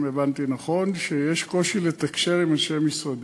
אם הבנתי נכון, שיש קושי לתקשר עם אנשי משרדי.